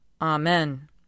Amen